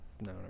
no